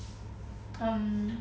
um